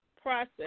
process